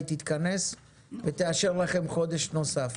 היא תתכנס ותאשר לכם חודש נוסף,